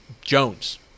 Jones